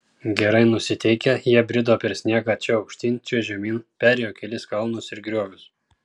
gerai nusiteikę jie brido per sniegą čia aukštyn čia žemyn perėjo kelis kalnus ir griovius